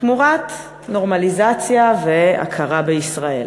תמורת נורמליזציה והכרה בישראל.